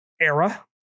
era